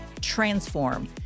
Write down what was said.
Transform